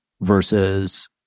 versus